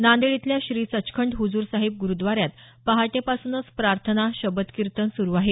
नांदेड इथल्या श्री संचखंड हुजूरसाहिब गुरुद्वारात पहाटेपासूनच प्रार्थना शबदकीर्तन सुरू आहे